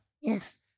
Yes